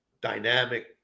dynamic